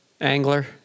angler